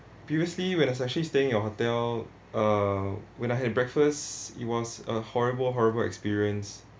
previously when I was actually staying your hotel uh when I had breakfast it was a horrible horrible experience